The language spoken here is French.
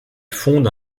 fonde